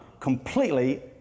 completely